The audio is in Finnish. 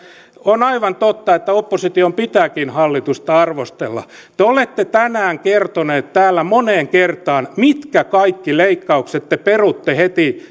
on aivan totta että opposition pitääkin hallitusta arvostella te olette tänään kertoneet täällä moneen kertaan mitkä kaikki leikkaukset te perutte heti